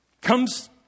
comes